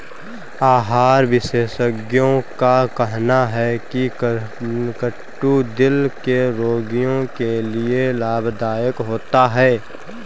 आहार विशेषज्ञों का कहना है की कद्दू दिल के रोगियों के लिए लाभदायक होता है